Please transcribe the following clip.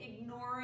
ignoring